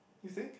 is it